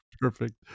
Perfect